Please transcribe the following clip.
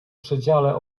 przedziale